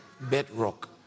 bedrock